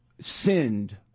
sinned